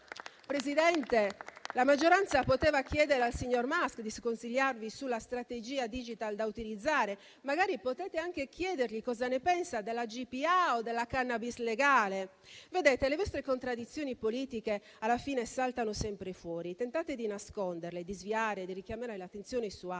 Presidente - potevate chiedere al signor Musk di consigliarvi sulla strategia *digital* da utilizzare e magari potete anche chiedergli cosa ne pensa della GPA o della cannabis legale. Vedete, le vostre contraddizioni politiche, alla fine, saltano sempre fuori. Tentate di nasconderle, di sviare e di richiamare l'attenzione su altro,